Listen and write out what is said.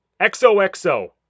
XOXO